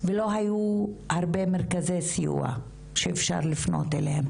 לא היו הרבה מרכזי סיוע שאפשר לפנות אליהם